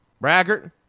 braggart